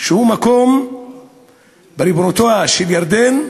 הוא מקום בריבונותה של ירדן.